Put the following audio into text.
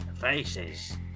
Faces